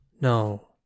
No